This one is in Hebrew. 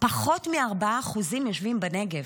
פחות מ-4% יושבות בנגב.